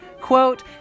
quote